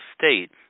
State